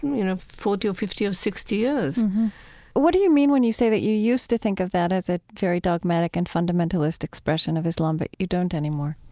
you know, forty or fifty or sixty years what do you mean when you say that you used to think of that as a very dogmatic and fundamentalist expression of islam but you don't anymore?